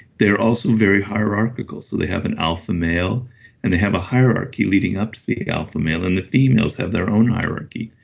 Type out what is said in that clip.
they're also very hierarchical so they have an alpha male and they have a hierarchy leading up to the alpha male and the females have their own hierarchy.